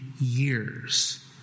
years